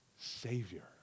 Savior